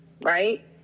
Right